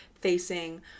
facing